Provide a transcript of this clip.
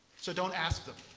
so don't ask them.